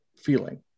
feeling